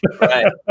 Right